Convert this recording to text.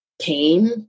pain